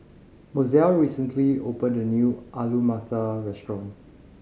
Mozelle recently opened a new Alu Matar Restaurant